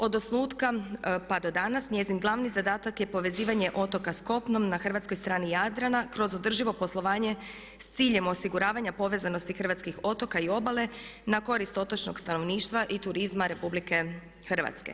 Od osnutka pa do danas njezin glavni zadatak je povezivanje otoka sa kopnom na hrvatskoj strani Jadrana kroz održivo poslovanje s ciljem osiguravanja povezanosti hrvatskih otoka i obale na korist otočnog stanovništva i turizma Republike Hrvatske.